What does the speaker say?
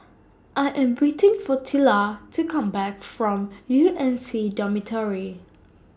I Am waiting For Tilla to Come Back from U M C Dormitory